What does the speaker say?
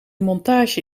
montage